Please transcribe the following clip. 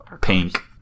pink